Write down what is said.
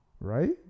right